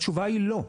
התשובה היא לא,